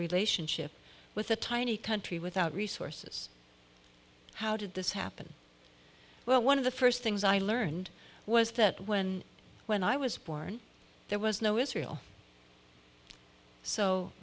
relationship with a tiny country without resources how did this happen well one of the first things i learned was that when when i was born there was no israel so